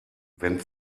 wenn